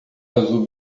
azul